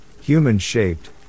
human-shaped